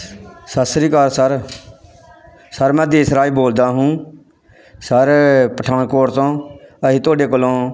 ਸਤਿ Sri Akal sir sir ਮੈਂ ਦੇਸ ਰਾਜ ਬੋਲਦਾ ਹੂੰ ਸਰ ਪਠਾਨਕੋਟ ਤੋਂ ਅਸੀਂ ਤੁਹਾਡੇ ਕੋਲੋਂ